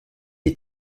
est